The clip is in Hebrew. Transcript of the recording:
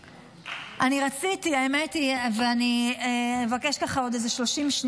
האמת היא שרציתי, ואבקש עוד כ-30 שניות.